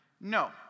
no